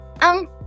ang